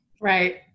right